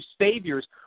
saviors